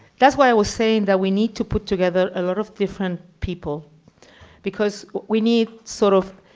that's why i was saying that we need to put together a lot of different people because we need, sort of,